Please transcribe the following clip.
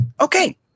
Okay